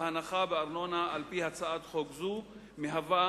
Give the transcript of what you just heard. ההנחה בארנונה על-פי הצעת חוק זו מהווה